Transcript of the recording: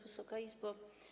Wysoka Izbo!